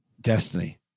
Destiny